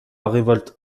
révolte